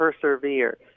persevere